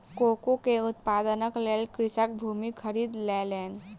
cocoa के उत्पादनक लेल कृषक भूमि खरीद लेलैन